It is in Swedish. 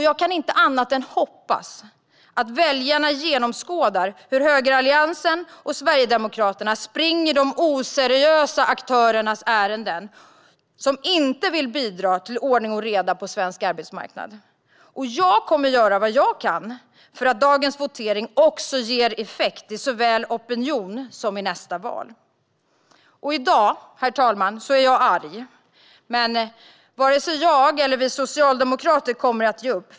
Jag kan inte annat än hoppas att väljarna genomskådar hur högeralliansen och Sverigedemokraterna springer de oseriösa aktörernas ärenden som inte vill bidra till ordning och reda på svensk arbetsmarknad. Jag kommer att göra vad jag kan för att dagens votering också ger effekt såväl i opinion som i nästa val. Upphandling av vissa kollektivtrafiktjänster I dag, herr talman, är jag arg. Men varken jag eller vi socialdemokrater kommer att ge upp.